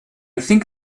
think